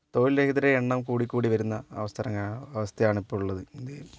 തൊഴിൽ രഹിതരുടെ എണ്ണം കൂടിക്കൂടി വരുന്ന അവസരങ്ങളാണ് അവസ്ഥയാണ് ഇപ്പോൾ ഉള്ളത് ഇന്ത്യയിൽ